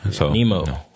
Nemo